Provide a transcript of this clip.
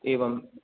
एवं